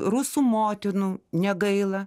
rusų motinų negaila